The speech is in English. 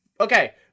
okay